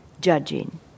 judging